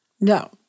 No